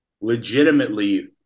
legitimately –